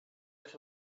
with